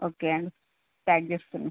okay అండి pack చేస్తున్నాను